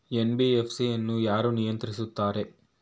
NBFC ಅನ್ನು ಯಾರು ನಿಯಂತ್ರಿಸುತ್ತಾರೆ?